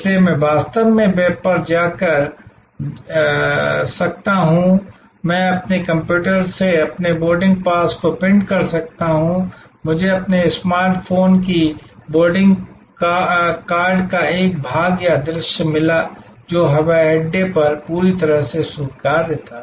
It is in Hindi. इसलिए मैं वास्तव में वेब पर जांच कर सकता हूं मैं अपने कंप्यूटर से अपने बोर्डिंग पास को प्रिंट कर सकता हूं मुझे अपने स्मार्ट फोन पर बोर्डिंग कार्ड का एक भाग या दृश्य मिला जो हवाई अड्डे पर पूरी तरह से स्वीकार्य था